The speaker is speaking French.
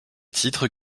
titres